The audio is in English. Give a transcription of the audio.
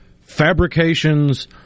fabrications